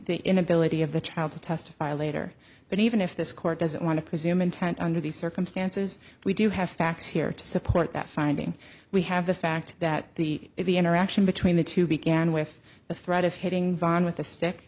the inability of the child to testify later but even if this court doesn't want to presume intent under these circumstances we do have facts here to support that finding we have the fact that the interaction between the two began with the threat of hitting van with a stick